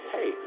Hey